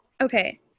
Okay